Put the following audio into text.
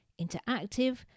interactive